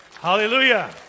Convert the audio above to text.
Hallelujah